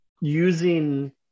using